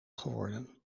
geworden